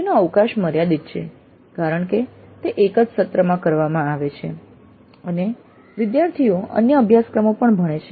તેનો અવકાશ મર્યાદિત છે કારણ કે તે એક સત્રમાં જ કરવામાં આવે છે અને વિદ્યાર્થીઓ અન્ય અભ્યાસક્રમો પણ ભણે છે